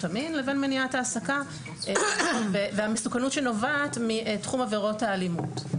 המין לבין מניעת העסקה והמסוכנות שנובעת מתחום עבירות האלימות.